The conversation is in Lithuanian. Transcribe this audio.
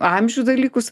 amžių dalykus